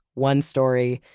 one story,